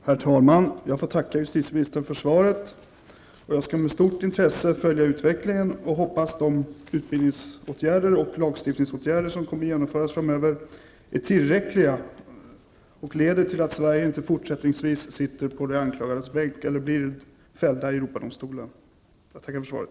Herr talman! Jag får tacka justitieministern för svaret. Jag skall med stort intresse följa utvecklingen, och jag hoppas att de åtgärder som kommer att genomföras på utbildningens och lagstiftningens område framöver är tillräckliga och leder till att Sverige inte fortsättningsvis sitter på de anklagades bänk eller blir fällt i Europadomstolen. Jag tackar återigen för svaret.